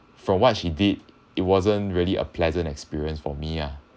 from what she did it wasn't really a pleasant experience for me ah